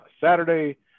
Saturday